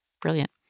brilliant